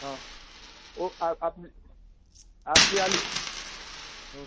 हां ओह् आप आप्प आप्पै हाल्ली